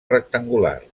rectangular